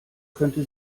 könnte